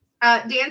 Dan